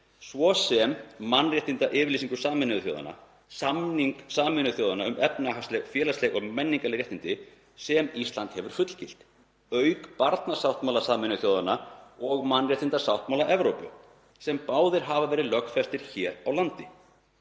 svo sem mannréttindayfirlýsingu Sameinuðu þjóðanna, samning Sameinuðu þjóðanna um efnahagsleg félagsleg og menningarleg réttindi, sem Ísland hefur fullgilt, auk barnasáttmála Sameinuðu þjóðanna og mannréttindasáttmála Evrópu sem báðir hafa verið lögfestir hér á landi.